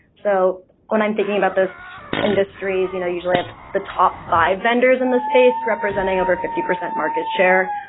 so when i'm thinking about those industries, you know usually i have the top five vendors in this space representing over fifty percent market share.